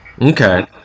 Okay